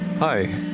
Hi